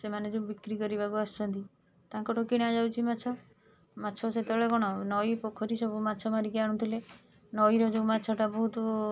ସେମାନେ ଯେଉଁ ବିକ୍ରି କରିବାକୁ ଆସୁଛନ୍ତି ତାଙ୍କଠାରୁ କିଣା ଯାଉଛି ମାଛ ମାଛ ସେତେବେଳେ କ'ଣ ନଈ ପୋଖରୀ ସବୁ ମାଛ ମାରିକି ଆଣୁଥିଲେ ନଈର ଯେଉଁ ମାଛଟା ବହୁତ